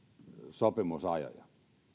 sopimusajoja